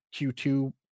Q2